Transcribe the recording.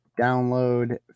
Download